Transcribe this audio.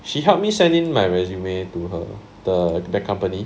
she helped me send in my resume to her the company